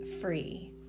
free